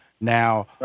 Now